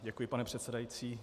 Děkuji, pane předsedající.